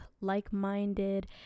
like-minded